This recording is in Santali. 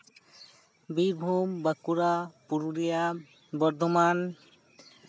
ᱵᱤᱨᱵᱷᱩᱢ ᱵᱟᱸᱠᱩᱲᱟ ᱯᱩᱨᱩᱞᱤᱭᱟ ᱵᱚᱨᱫᱷᱚᱢᱟᱱ